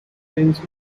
denso